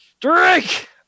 Drink